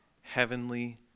heavenly